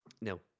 No